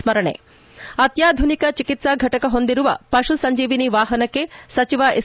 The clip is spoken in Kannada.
ಸ್ಥರಣೆ ಅತ್ಯಾಧುನಿಕ ಚಿಕಿತ್ಸಾ ಫಟಕ ಹೊಂದಿರುವ ಪಶು ಸಂಜೀವಿನಿ ವಾಹನಕ್ಕೆ ಸಚಿವ ಎಸ್